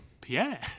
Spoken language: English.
Pierre